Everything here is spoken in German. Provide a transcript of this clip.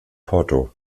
porto